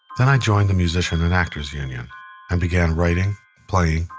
then i joined the musician and actors union and began writing, playing,